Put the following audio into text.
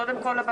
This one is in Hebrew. קודם כול,